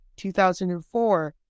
2004